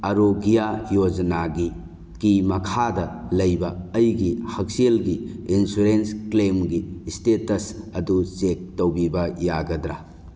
ꯑꯥꯔꯣꯒ꯭ꯌꯥ ꯌꯣꯖꯅꯥꯒꯤ ꯃꯈꯥꯗ ꯂꯩꯕ ꯑꯩꯒꯤ ꯍꯛꯁꯦꯜꯒꯤ ꯏꯟꯁꯨꯔꯦꯟꯁ ꯀ꯭ꯂꯦꯝꯒꯤ ꯁ꯭ꯇꯦꯇꯁ ꯑꯗꯨ ꯆꯦꯛ ꯇꯧꯕꯤꯕ ꯌꯥꯒꯗ꯭ꯔꯥ